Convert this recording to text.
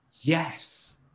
Yes